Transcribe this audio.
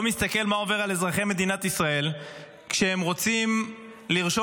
לא מסתכל מה עובר על אזרחי מדינת ישראל כשהם רוצים לרשום